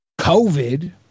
COVID